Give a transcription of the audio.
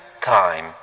time